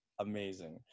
amazing